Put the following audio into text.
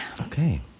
Okay